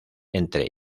entre